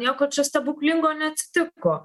nieko čia stebuklingo neatsitiko